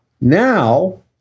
now